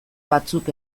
batzuk